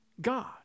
God